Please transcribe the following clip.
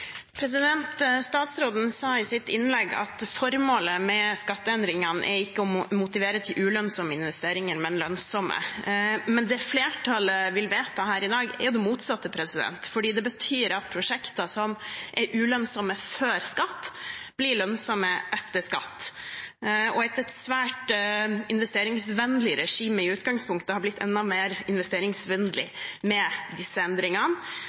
å motivere til ulønnsomme investeringer, men til lønnsomme. Men det flertallet vil vedta her i dag, er det motsatte, for det betyr at prosjekter som er ulønnsomme før skatt, blir lønnsomme etter skatt, og at et i utgangspunktet svært investeringsvennlig regime er blitt enda mer investeringsvennlig med disse endringene.